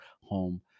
home